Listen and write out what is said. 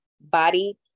body